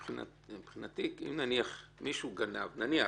מבחינתי אם מישהו גנב נניח,